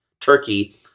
turkey